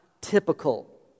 typical